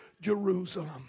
Jerusalem